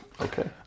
okay